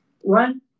One